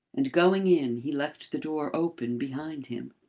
and going in, he left the door open behind him.